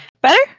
Better